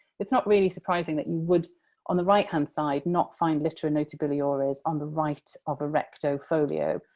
it's not really surprising that you would on the right-hand side not find litterae notabiliores on the right of a recto folio.